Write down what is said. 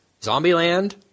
Zombieland